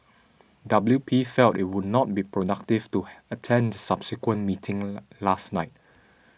W P felt it would not be productive to attend subsequent meeting last night